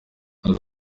aza